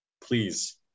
please